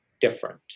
different